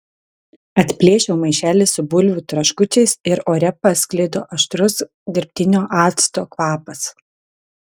atplėšiau maišelį su bulvių traškučiais ir ore pasklido aštrus dirbtinio acto kvapas